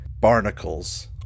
barnacles